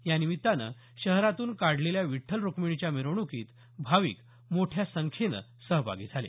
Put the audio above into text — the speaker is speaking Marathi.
यानिमित्तानं शहरातून काढलेल्या विठ्ठल रुक्मिणीच्या मिरवण्कीत भाविक मोठ्या संख्येनं सहभागी झाले